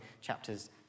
chapters